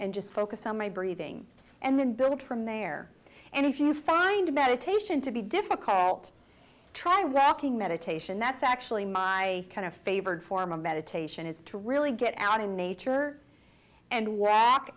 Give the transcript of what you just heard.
and just focus on my breathing and then build up from there and if you find meditation to be difficult try wrapping meditation that's actually my kind of favorite form of meditation is to really get out in nature and w